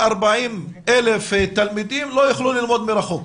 כ-140,000 תלמידים לא יוכלו ללמוד מרחוק?